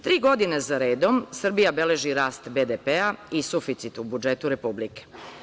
Tri godine za redom Srbija beleži rast BDP-a i suficit u budžetu Republike.